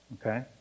Okay